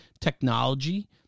technology